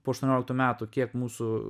po aštuonioliktų metų kiek mūsų